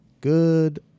Good